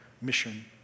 mission